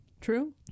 True